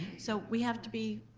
so we have to be.